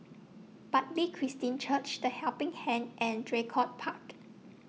Bartley Christian Church The Helping Hand and Draycott Park